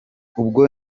ubwo